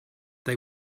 they